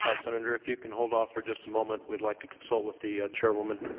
ah senator, if you can hold off for just a moment, we'd like to consult with the chairwoman.